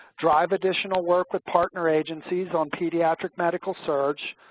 drive additional work with partner agencies on pediatric medical surge,